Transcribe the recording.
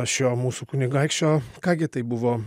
šio mūsų kunigaikščio ką gi tai buvo